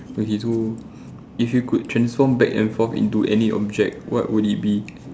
okay so if you could transform back and forth to any object what will it be